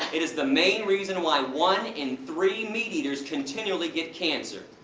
it is the main reason why one in three meat eaters continually get cancer.